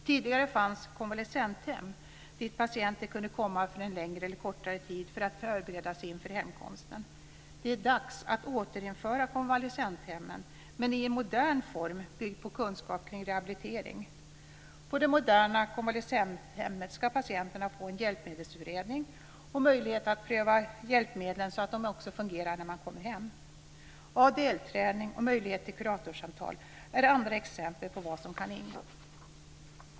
Tidigare fanns konvalescenthem dit patienter kunde komma för en längre eller kortare tid för att förbereda sig inför hemkomsten. Det är dags att återinföra konvalescenthemmen men i en modern form byggd på kunskap kring rehabilitering. På det moderna konvalescenthemmet ska patienterna få en hjälpmedelsutredning och möjlighet att pröva hjälpmedlen så att de också fungerar när de kommer hem. ADL-träning och möjlighet till kuratorssamtal är andra exempel på vad som kan ingå.